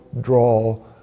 draw